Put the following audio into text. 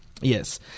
Yes